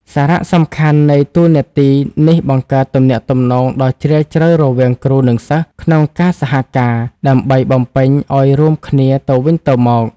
សារៈសំខាន់នៃតួនាទីនេះបង្កើតទំនាក់ទំនងដ៏ជ្រាលជ្រៅរវាងគ្រូ និងសិស្សក្នុងការសហការ ដើម្បីបំពេញឱ្យរួមគ្នាទៅវិញទៅមក។